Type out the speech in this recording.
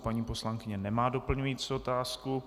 Paní poslankyně nemá doplňující otázku.